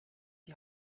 die